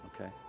Okay